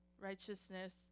righteousness